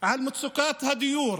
על מצוקת הדיור